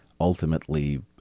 ultimately